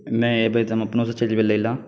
नहि अएबै तऽ हम अपनोसँ चलि जेबै लैलए